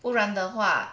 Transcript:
不然的话